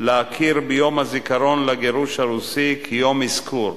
להכיר ביום הזיכרון לגירוש הרוסי כיום אזכור.